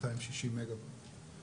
1,260 מגה וואט.